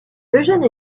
eugène